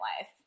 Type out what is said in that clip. life